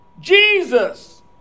Jesus